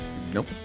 Nope